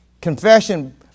Confession